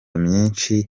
myinshi